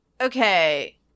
Okay